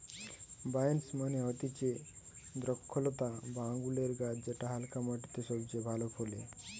vines মানে হতিছে দ্রক্ষলতা বা আঙুরের গাছ যেটা হালকা মাটিতে সবচে ভালো ফলে